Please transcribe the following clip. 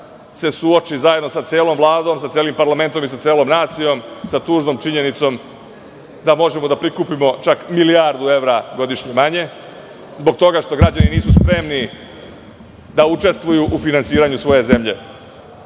se suoči zajedno sa celom Vladom, sa celim parlamentom i celom nacijom sa tužnom činjenicom da možemo da prikupimo čak milijardu evra godišnje manje, zbog toga što građani nisu smeli da učestvuju u finansiranju svoje zemlje. Zato